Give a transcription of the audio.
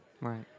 Right